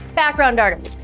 background artists,